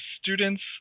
students